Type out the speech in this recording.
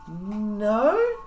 No